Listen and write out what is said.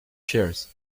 shares